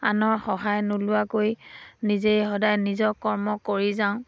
আনৰ সহায় নোলোৱাকৈ নিজেই সদায় নিজৰ কৰ্ম কৰি যাওঁ